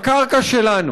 והקרקע שלנו.